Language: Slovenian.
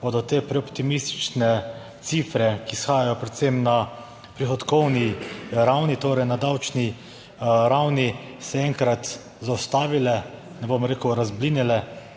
bodo te preoptimistične cifre, ki izhajajo predvsem na prihodkovni ravni, torej na davčni ravni, se enkrat zaustavile, ne bom rekel razblinile,